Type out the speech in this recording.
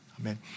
Amen